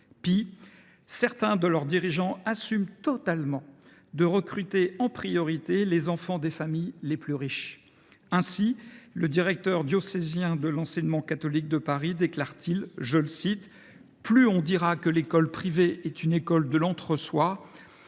Pis, certains de leurs dirigeants assument totalement de recruter en priorité les enfants des familles les plus riches. Ainsi le directeur diocésain de l’enseignement catholique de Paris déclare t il :« Plus on dira que l’école privée est une école de l’entre soi,